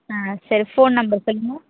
ஆ சரி phone number சொல்லுங்கள்